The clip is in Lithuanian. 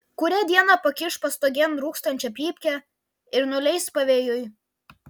kurią dieną pakiš pastogėn rūkstančią pypkę ir nuleis pavėjui